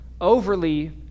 overly